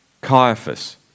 Caiaphas